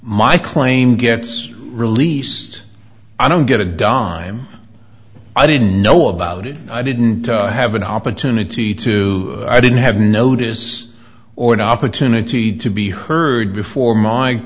my claim gets released i don't get a dime i didn't know about it i didn't have an opportunity to i didn't have notice or an opportunity to be heard before my